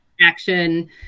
action